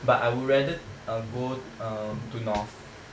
but I would rather uh go uh to north